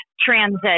transit